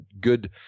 good